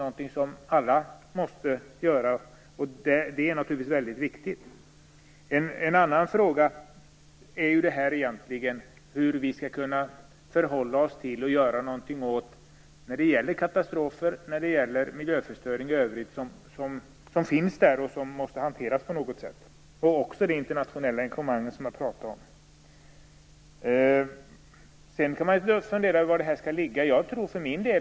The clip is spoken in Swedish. Miljön måste alla ta hänsyn till. Det är naturligtvis väldigt viktigt. En annan fråga är hur vi skall förhålla oss till och hur vi skall göra något åt katastrofer och miljöförstöring i övrigt. De finns där och måste hanteras på något sätt. Det gäller också det internationella engagemang som jag har pratat om. Sedan kan man fundera över var dessa frågor skall ligga.